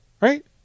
right